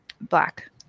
Black